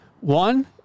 One